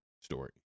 story